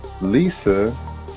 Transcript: Lisa